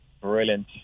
Brilliant